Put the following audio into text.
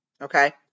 okay